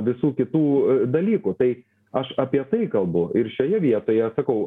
visų kitų dalykų tai aš apie tai kalbu ir šioje vietoje sakau